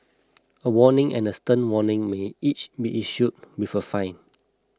a warning and a stern warning may each be issued with a fine